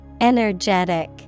Energetic